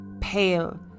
pale